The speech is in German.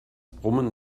brummen